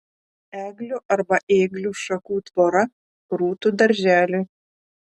eglių arba ėglių šakų tvora rūtų darželiui